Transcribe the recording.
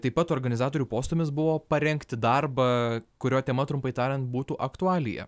taip pat organizatorių postūmis buvo parengti darbą kurio tema trumpai tariant būtų aktualija